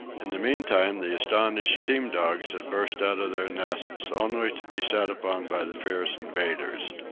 in the meantime the astonished team-dogs had burst out of their nests only to be set upon by the fierce invaders.